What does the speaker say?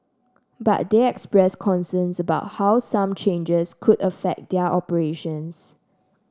but they expressed concerns about how some changes could affect their operations